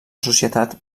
societat